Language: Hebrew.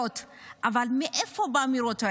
אבל מאיפה באו האמירות האלה?